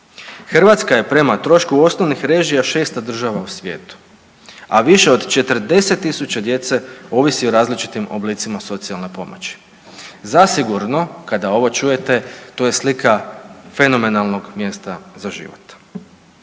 Hrvatska je prema trošku osnovnih režija 6. država u svijetu, a više od 40.000 hrvatske djece ovisi o različitim oblicima socijalne pomoći. Zasigurno kada ovo čujete to je slika fenomenalnog mjesta za život.